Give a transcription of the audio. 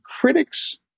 critics